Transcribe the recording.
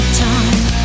time